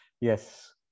Yes